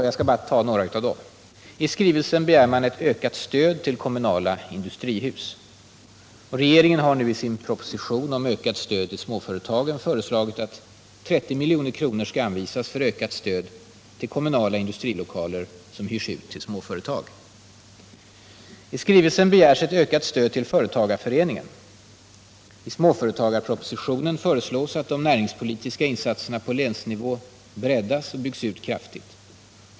Jag skall beröra bara några av dem. Det begärs en ökning av stödet till kommunala industrihus. Regeringen har nu i sin proposition om en ökning av stödet till småföretagen föreslagit att 30 milj.kr. skall anvisas för en ökning av stödet till kommunala industrilokaler som hyrs ut till småföretag. I skrivelsen begärs vidare en ökning av stödet till företagarföreningarna. I småföretagarpropositionen föreslås att de näringspolitiska insatserna på Nr 39 länsnivå breddas och byggs ut kraftigt.